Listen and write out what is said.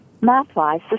math-wise